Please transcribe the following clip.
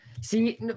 See